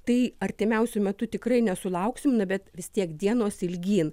tai artimiausiu metu tikrai nesulauksim na bet vis tiek dienos ilgyn